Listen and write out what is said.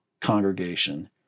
congregation